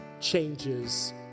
changes